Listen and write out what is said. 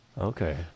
okay